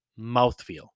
mouthfeel